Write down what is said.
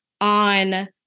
on